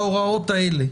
ההוראות האלה.